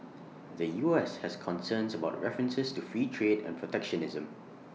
the U S has concerns about references to free trade and protectionism